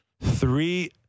three